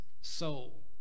soul